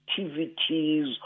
activities